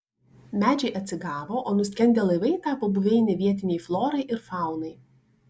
medžiai atsigavo o nuskendę laivai tapo buveine vietinei florai ir faunai